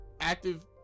active